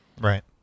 right